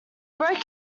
broken